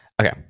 Okay